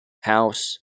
house